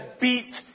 beat